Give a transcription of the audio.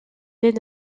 des